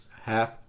half